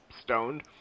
stoned